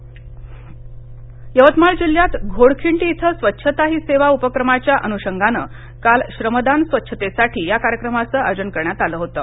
यवतमाळ यवतमाळ जिल्ह्यात घोडखिडी इथं स्वच्छता ही सेवा उपक्रमाच्या अनुषगानं काल श्रमदान स्वच्छतेसाठी या कार्यक्रमाचं आयोजन करण्यात आलं होतं